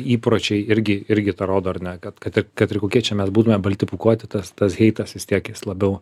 įpročiai irgi irgi tą rodo ar ne kad kad ir kad ir kokie čia mes būtume balti pūkuoti tas tas heitas vis tiek jis labiau